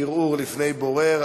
ערעור לפני בורר),